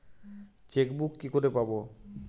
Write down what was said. Chequebook কি করে পাবো?